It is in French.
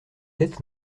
être